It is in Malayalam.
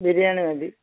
ബിരിയാണി മതി